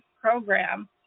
program